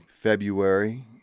February